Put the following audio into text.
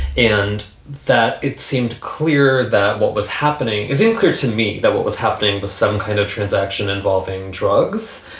and that it seemed clear that what was happening is unclear to me, that what was happening was some kind of transaction involving drugs